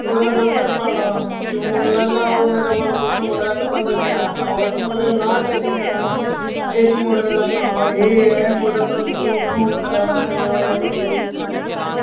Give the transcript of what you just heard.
ओह्दा नम्बर पाना ते हून लाई लैओ मेरै कोल कुसै मुड़े दा नम्बर नी ऐ हा उस मुड़े दा नांऽ चढ़ूी जाना कि इस मुड़े दा नांऽ एह् ऐ एह् मुड़ा तोआनू फोन करा दा हा जां कोई